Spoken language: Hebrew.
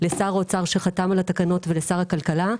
לשר האוצר שחתם על התקנות ולשר הכלכלה.